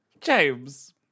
James